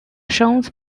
jones